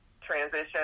transition